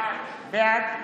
בעד